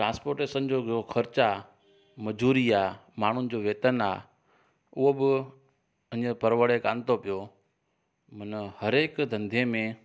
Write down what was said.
transportation जो ख़र्चा आहे मजूरी आहे माण्हुनि जो वेतन आहे उहो बि उन परवड़े कोन्हे थो पियो मना हर हिकु धंधे में